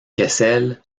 kessel